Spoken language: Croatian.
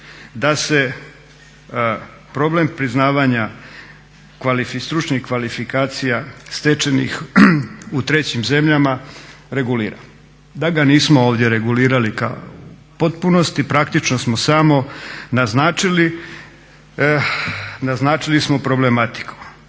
da se problem priznavanja stručnih kvalifikacija stečenih u trećim zemljama regulira. Da ga nismo ovdje regulirali kao u potpunosti praktično smo samo naznačili smo problematiku.